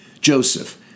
Joseph